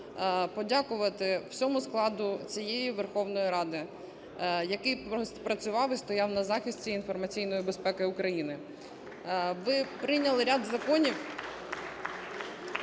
подякувати всьому складу цієї Верховної Ради, який працював і стояв на захисті інформаційної безпеки України. (Оплески) Ви прийняли ряд законів,